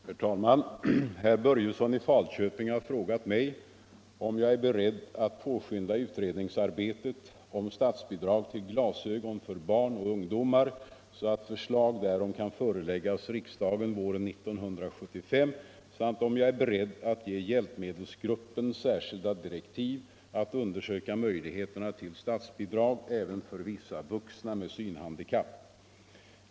Herr talman! Herr Börjesson i Falköping har frågat mig om jag är beredd att påskynda utredningsarbetet om statsbidrag till glasögon för barn och ungdomar så att förslag därom kan föreläggas riksdagen våren 1975 samt om jag är beredd att ge hjälpmedelsgruppen särskilda direktiv att undersöka möjligheterna till statsbidrag även för vissa vuxna med synhandikapp.